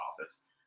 office